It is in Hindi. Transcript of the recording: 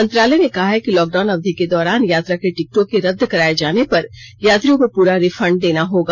मंत्रालय ने कहा है कि लॉकडाउन अवधि के दौरान यात्रा के टिकटों के रद्द कराए जाने पर यात्रियों को पूरा रिफंड देना होगा